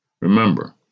Remember